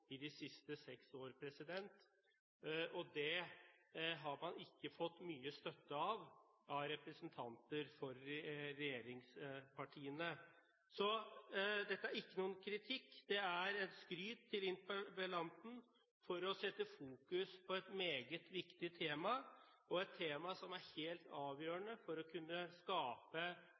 i de siste seks årene, og de har man ikke fått mye støtte for av representanter for regjeringspartiene. Så dette er ikke noen kritikk, det er skryt til interpellanten for å sette fokus på et meget viktig tema, et tema som er helt avgjørende for å kunne skape